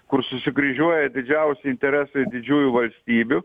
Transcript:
kur susikryžiuoja didžiausi interesai didžiųjų valstybių